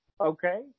Okay